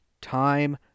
Time